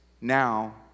now